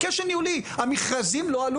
מכך שהמכרזים לא עלו